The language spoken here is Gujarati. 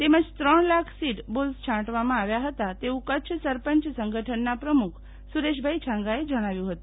તેમજરૂ લાખ સીડ બોલ્સ છાંટવામાં આવ્યા હતા તેટું કચ્છ સરપંચ સંગઠનના પ્રમુખ સુરેશભાઇ છાંગાએ જણાવ્યું હતું